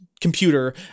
computer